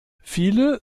viele